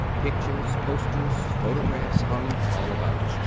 pictures, posters, photographs hung all about.